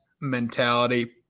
mentality